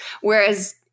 Whereas